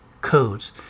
codes